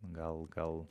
gal gal